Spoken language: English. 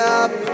up